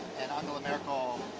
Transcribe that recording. and angela merkel,